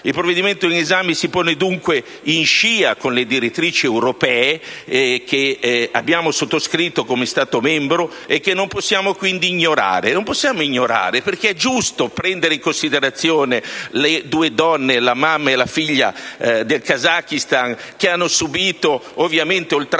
Il provvedimento in esame si pone, dunque, in scia con le direttrici europee che abbiamo sottoscritto come Stato membro e che non possiamo quindi ignorare. Non possiamo ignorare perché è giusto prendere in considerazione le due donne kazake, la madre e la figlia, che hanno subito oltraggio